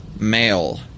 male